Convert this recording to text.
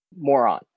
moron